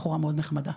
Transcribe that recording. בחורה מאוד נחמדה.